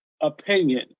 opinion